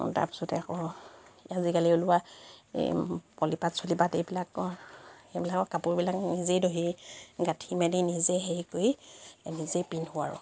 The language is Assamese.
তাৰপিছতে আকৌ আজিকালি ওলোৱা এই পলিপাট চলিপাট এইবিলাকৰ এইবিলাকৰ কাপোৰবিলাক নিজেই দহি গাঁঠি মেলি নিজে হেৰি কৰি নিজেই পিন্ধো আৰু